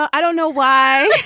i don't know why